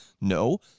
No